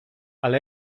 ale